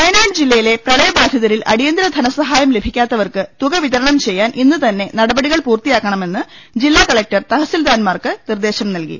വയനാട് ജില്ലയിലെ പ്രളയബാധിതരിൽ അടിയന്തര ധനസഹായം ലഭിക്കാത്തവർക്ക് തുക വിതരണം ചെയ്യാൻ ഇന്നുതന്നെ നടപടികൾ പൂർത്തിയാക്കണമെന്ന് ജില്ലാ കലക്ടർ തഹസിൽദാർമാർക്ക് നിർദേശം നൽകി